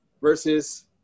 versus